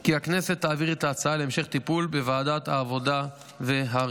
כי הכנסת תעביר את ההצעה להמשך טיפול בוועדת העבודה והרווחה.